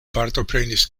partoprenis